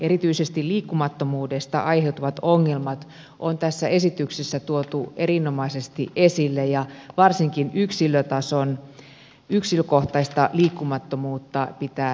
erityisesti liikkumattomuudesta aiheutuvat ongelmat on tässä esityksessä tuotu erinomaisesti esille ja varsinkin yksilötason yksilökohtaista liikkumista pitää edistää